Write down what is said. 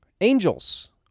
Angels